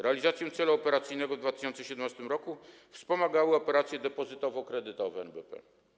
Realizację celu operacyjnego w 2017 r. wspomagały operacje depozytowo-kredytowe NBP.